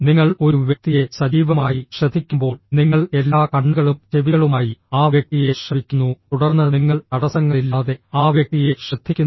നിങ്ങൾ ഒരു വ്യക്തിയെ സജീവമായി ശ്രദ്ധിക്കുമ്പോൾ നിങ്ങൾ എല്ലാ കണ്ണുകളും ചെവികളുമായി ആ വ്യക്തിയെ ശ്രവിക്കുന്നു തുടർന്ന് നിങ്ങൾ തടസ്സങ്ങളില്ലാതെ ആ വ്യക്തിയെ ശ്രദ്ധിക്കുന്നു